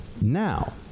now